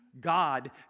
God